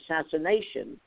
assassination